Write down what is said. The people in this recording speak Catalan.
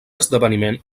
esdeveniment